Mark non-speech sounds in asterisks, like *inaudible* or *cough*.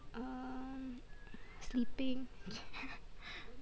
um sleeping *laughs*